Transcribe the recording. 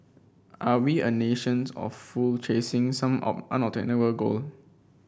are we a nations of fool chasing some all goal